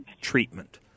treatment